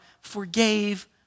forgave